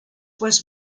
was